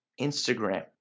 Instagram